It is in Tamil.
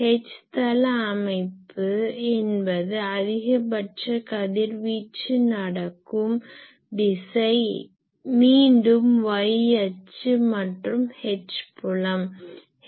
H தள அமைப்பு என்பது அதிகபட்ச கதிர்வீச்சு நடக்கும் திசை மீண்டும் y அச்சு மற்றும் H புலம்